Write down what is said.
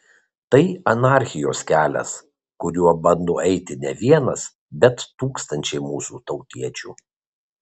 tai anarchijos kelias kuriuo bando eiti ne vienas bet tūkstančiai mūsų tautiečių